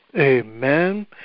Amen